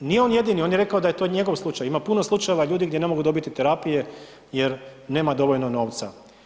Nije on jedini, on je rekao da je to njegov slučaj, ima puno slučajeva ljudi gdje ne mogu dobiti terapije jer nema dovoljno novca.